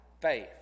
faith